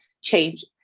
change